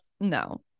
No